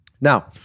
Now